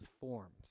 forms